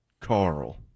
Carl